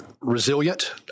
resilient